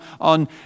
on